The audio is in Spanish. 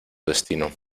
destino